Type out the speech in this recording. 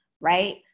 right